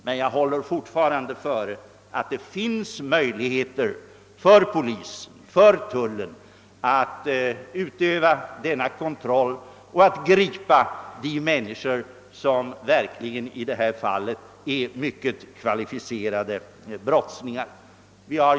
Men jag håller fortfarande före, att det finns möjligheter för polisen och tullen att utöva denna kontroll och att gripa de mycket kvalificerade brottslingar det här gäller.